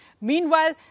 Meanwhile